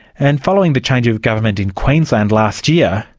and following the change of government in queensland last year,